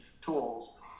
tools